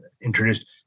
introduced